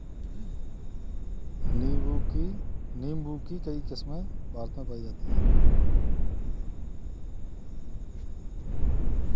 नीम्बू की कई किस्मे भारत में पाई जाती है